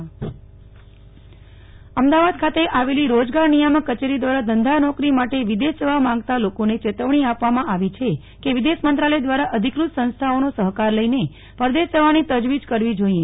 નેહ્લ ઠક્કર સલામત વિદેશ ગમન અમદાવાદ ખાતે આવેલી રોજગાર નિયામક કચેરી દ્રારા ધંધા નોકરી માટે વિદેશ જવા માંગતા લોકો ને ચેતવણી આપવામાં આવી છે કે વિદેશ મંત્રાલય દ્રારા અધિકૃત સંસ્થાઓ નો સહકાર લઈને પરદેશ જવાની તજવીજ કરવી જોઈએ